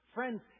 Friends